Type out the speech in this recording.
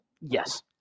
Yes